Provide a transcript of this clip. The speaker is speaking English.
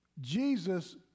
Jesus